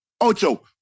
Ocho